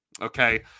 okay